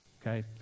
Okay